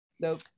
Nope